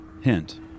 Hint